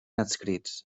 adscrits